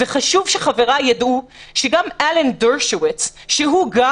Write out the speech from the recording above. חשוב שחבריי יידעו שגם אלן דרשוביץ שהוא גם